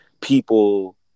people